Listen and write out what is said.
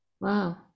Wow